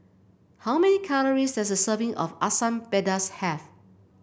how many calories does a serving of Asam Pedas have